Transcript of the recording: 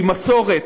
עם מסורת,